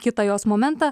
kitą jos momentą